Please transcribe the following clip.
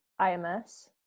IMS